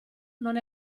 non